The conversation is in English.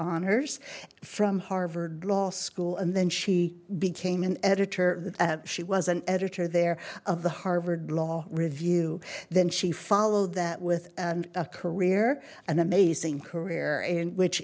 honors from harvard law school and then she became an editor she was an editor there of the harvard law review then she followed that with a career and amazing career and which